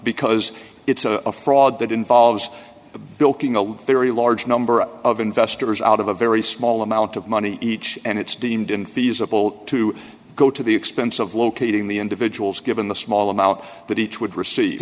because it's a fraud that involves bilking a very large number of investors out of a very small amount of money each and it's deemed infeasible to go to the expense of locating the individuals given the small amount that each would receive